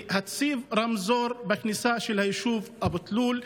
להציב רמזור בכניסה ליישוב אבו תלול,